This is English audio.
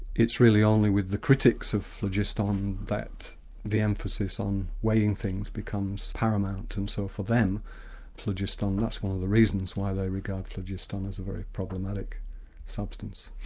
it's really only with the critics of phlogiston that the emphasis on weighing things becomes paramount, and so for them phlogiston, that's one of the reasons why they regard phlogiston as a very problematic substance.